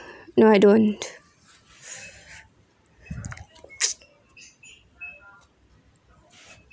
no I don't